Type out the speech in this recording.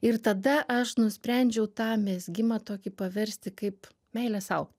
ir tada aš nusprendžiau tą mezgimą tokį paversti kaip meilę sau